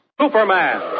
Superman